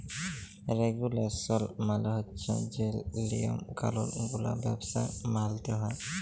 রেগুলেসল মালে হছে যে লিয়ম কালুল গুলা ব্যবসায় মালতে হ্যয়